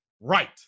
Right